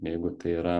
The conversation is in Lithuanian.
jeigu tai yra